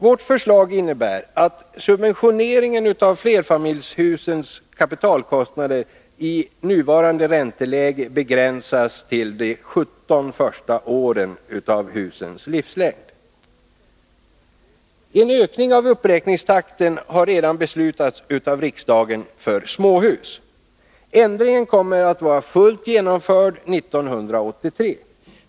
Vårt förslag innebär att subventioneringen av flerfamiljshusens kapitalkostnad i nuvarande ränteläge begränsas till de 17 första åren av husens livslängd. En ökning av uppräkningstakten har redan beslutats av riksdagen för småhus. Ändringen kommer att vara fullt genomförd 1983.